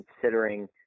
considering